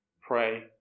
pray